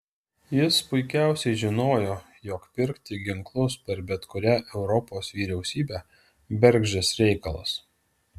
jis puikiausiai žinojo jog pirkti ginklus per bet kurią europos vyriausybę bergždžias reikalas